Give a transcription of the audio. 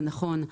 זה נכון,